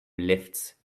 lifts